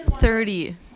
Thirty